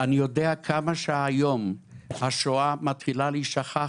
אני יודע כמה שהיום השואה מתחילה להישכח,